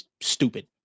stupid